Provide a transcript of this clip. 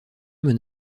vraie